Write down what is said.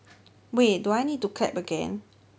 wait do I need to clap again